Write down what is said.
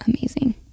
amazing